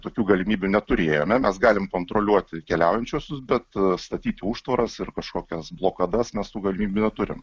tokių galimybių neturėjome mes galim kontroliuoti keliaujančiuosius bet statyti užtvaras ir kažkokias blokadas mes tų galimybių neturim